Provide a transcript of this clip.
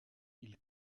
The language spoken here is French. ils